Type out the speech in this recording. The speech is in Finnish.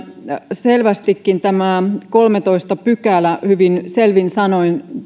selvästikin lain kolmastoista pykälä hyvin selvin sanoin